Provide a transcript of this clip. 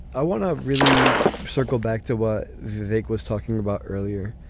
i want to really circle back to what vic was talking about earlier.